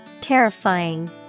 Terrifying